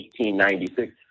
1896